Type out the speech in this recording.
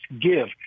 give